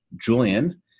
Julian